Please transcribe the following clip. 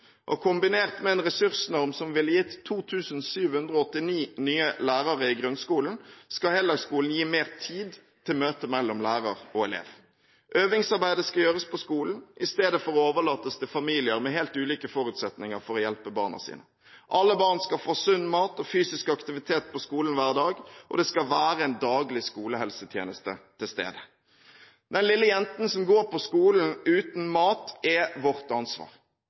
utjevningsreform. Kombinert med en ressursnorm som ville gitt 2 789 nye lærere i grunnskolen, skal heldagsskolen gi mer tid til møte mellom lærer og elev. Øvingsarbeidet skal gjøres på skolen i stedet for å overlates til familier med helt ulike forutsetninger for å hjelpe barna sine. Alle barn skal få sunn mat og fysisk aktivitet på skolen hver dag, og det skal være en daglig skolehelsetjeneste til stede. Den lille jenta som går på skolen uten mat, er vårt ansvar.